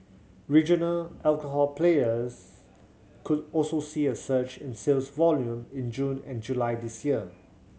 regional alcohol players could also see a surge in sales volume in June and July this year